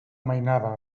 mainada